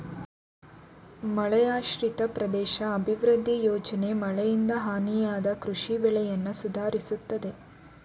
ಮಳೆಯಾಶ್ರಿತ ಪ್ರದೇಶ ಅಭಿವೃದ್ಧಿ ಯೋಜನೆ ಮಳೆಯಿಂದ ಹಾನಿಯಾದ ಕೃಷಿ ಬೆಳೆಯನ್ನ ಸುಧಾರಿಸೋದಾಗಯ್ತೆ